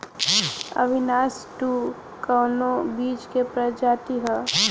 Avinash two कवने बीज क प्रजाति ह?